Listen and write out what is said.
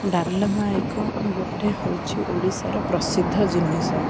ଡାଲମା ଏକ ଗୋଟେ ହେଉଛି ଓଡ଼ିଶାର ପ୍ରସିଦ୍ଧ ଜିନିଷ